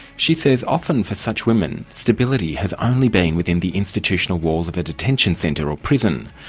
she says often for such women, stability has only been within the institutional walls of a detention centre or prison,